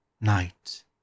Night